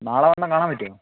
നാളെ വന്നാൽ കാണാൻ പറ്റുവോ